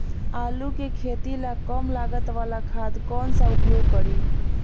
आलू के खेती ला कम लागत वाला खाद कौन सा उपयोग करी?